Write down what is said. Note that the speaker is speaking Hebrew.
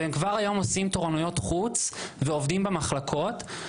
הם כבר היום עושים תורנויות חוץ ועובדים במחלקות,